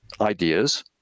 ideas